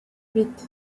huit